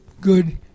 good